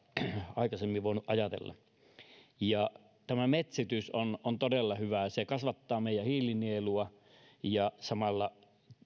aikaisemmin voinut ajatella tämä metsitys on on todella hyvä se kasvattaa meidän hiilinielua ja samalla